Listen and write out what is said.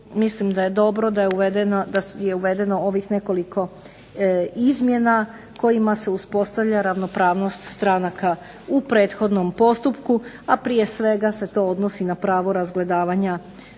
mislim da je dobro da je uvedeno ovih nekoliko izmjena kojima se uspostavlja ravnopravnost stranaka u prethodnom postupku, a prije svega se to odnosi na pravo razgledavanja